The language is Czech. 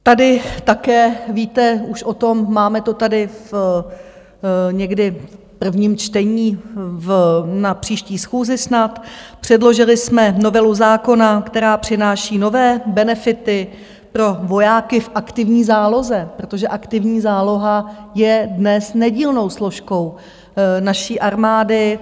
Tady také víte už o tom, máme to tady někdy v prvním čtení na příští schůzi snad, předložili jsme novelu zákona, která přináší nové benefity pro vojáky v aktivní záloze, protože aktivní záloha je dnes nedílnou složkou naší armády.